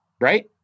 Right